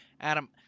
Adam